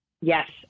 Yes